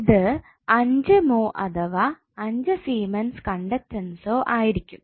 ഇത് 5 മോ അഥവാ 5 സീമെൻസ് കണ്ടക്ടൻസോ ആയിരിക്കും